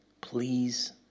Please